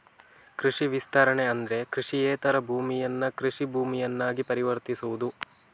ಕೃಷಿ ವಿಸ್ತರಣೆ ಅಂದ್ರೆ ಕೃಷಿಯೇತರ ಭೂಮಿಯನ್ನ ಕೃಷಿ ಭೂಮಿಯನ್ನಾಗಿ ಪರಿವರ್ತಿಸುವುದು